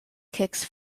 kicks